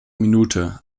minute